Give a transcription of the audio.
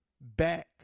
back